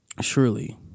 surely